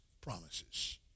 promises